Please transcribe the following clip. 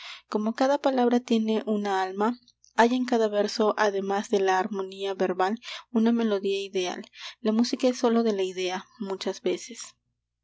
como cada palabra tiene una alma hay en cada verso además de la armonía verbal una melodía ideal la música es sólo de la idea muchas veces